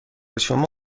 شما